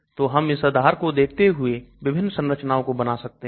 तो हम इस आधार को देखते हुए विभिन्न संरचनाओं को बना सकते हैं